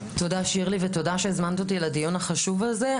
תודה שירלי ותודה שהזמנת אותי לדיון החשוב הזה,